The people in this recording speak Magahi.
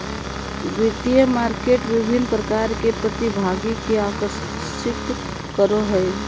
वित्तीय मार्केट विभिन्न प्रकार के प्रतिभागि के आकर्षित करो हइ